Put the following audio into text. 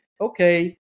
okay